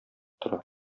тора